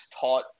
taught